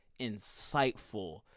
insightful